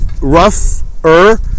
rougher